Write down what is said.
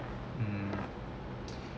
mm